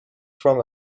from